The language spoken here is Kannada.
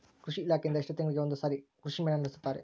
ಕೃಷಿ ಇಲಾಖೆಯಿಂದ ಎಷ್ಟು ತಿಂಗಳಿಗೆ ಒಂದುಸಾರಿ ಕೃಷಿ ಮೇಳ ನಡೆಸುತ್ತಾರೆ?